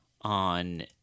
on